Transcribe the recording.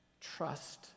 Trust